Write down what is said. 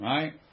Right